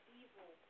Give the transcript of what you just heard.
evil